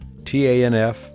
TANF